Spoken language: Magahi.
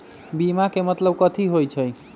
बीमा के मतलब कथी होई छई?